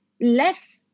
less